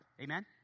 Amen